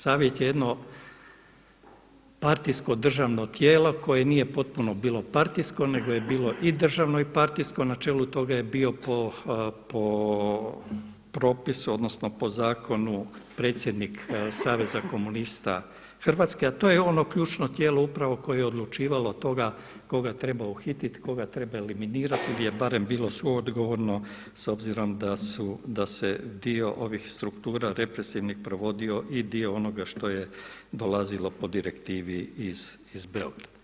Savjet je jedno partijsko državno tijelo koje nije bilo potpuno partijsko nego je bilo i državno i partijsko, na čelu toga je bio po propisu odnosno zakonu predsjednik Saveza komunista Hrvatske, a to je ono ključno tijelo koje je upravo odlučivalo o tome koga treba uhititi, koga treba eliminirati gdje je barem bilo suodgovorno s obzirom da se dio ovih struktura represivnih provodio i dio onoga što je dolazilo po direktivi iz Beograda.